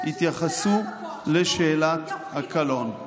יתייחסו לשאלת הקלון.